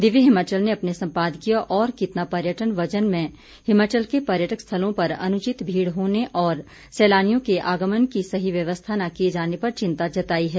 दिव्य हिमाचल ने अपने संपादकीय और कितना पर्यटन वजन में हिमाचल के पर्यटक स्थलों पर अनुचित भीड़ होने और सैलानियों के आगमन की सही व्यवस्था न किए जाने पर चिंता जताई है